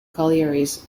collieries